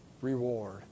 reward